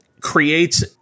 creates